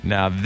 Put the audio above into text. Now